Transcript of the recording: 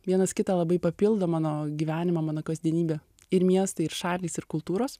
vienas kitą labai papildo mano gyvenimą mano kasdienybę ir miestai ir šalys ir kultūros